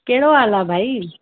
कहिड़ो हाल आहे भाई